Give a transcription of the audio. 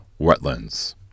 wetlands